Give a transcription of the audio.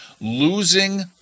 losing